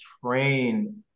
train